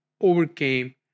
overcame